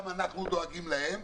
גם אנחנו דואגים להם.